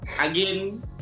again